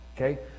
Okay